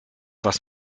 was